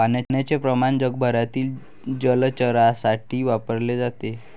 पाण्याचे प्रमाण जगभरातील जलचरांसाठी वापरले जाते